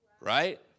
Right